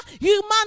human